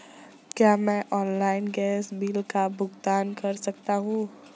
क्या मैं online gas bill का भुगतान कर सकता हूँ?